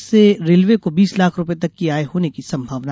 इससे रेलवे को बीस लाख रुपये तक की आय होने की संभावना